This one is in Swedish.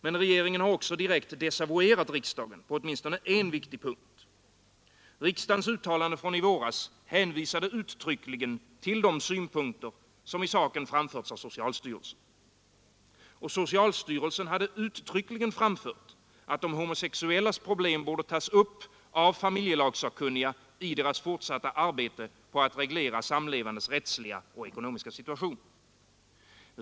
Men regeringen har också direkt desavouerat riksdagen på åtminstone en viktig punkt. Riksdagens uttalande från i våras hänvisade uttryckligen till de synpunkter som i saken framförts av socialstyrelsen. Och socialstyrelsen hade uttryckligen framfört att de homosexuellas problem borde tas upp av familjelagssakkunniga i deras fortsatta arbete på att reglera samlevandes rättsliga och ekonomiska situation.